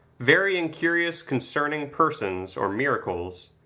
very incurious concerning persons or miracles,